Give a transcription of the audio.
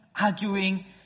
arguing